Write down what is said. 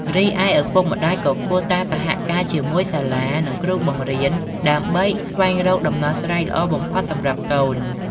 រីឯ ឪពុកម្តាយក៏គួរតែ សហការជាមួយសាលា និងគ្រូបង្រៀន ដើម្បីស្វែងរកដំណោះស្រាយល្អបំផុតសម្រាប់កូន។